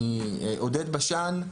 עודד בשן,